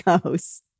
goes